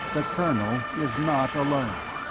the colonel is not alone.